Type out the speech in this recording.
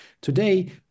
Today